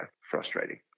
frustrating